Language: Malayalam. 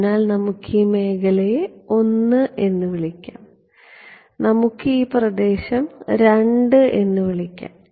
അതിനാൽ നമുക്ക് ഈ മേഖലയെ I എന്ന് വിളിക്കാം നമുക്ക് ഈ പ്രദേശം II എന്ന് വിളിക്കാം